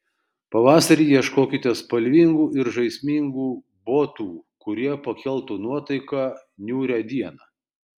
pavasarį ieškokite spalvingų ir žaismingų botų kurie pakeltų nuotaiką niūrią dieną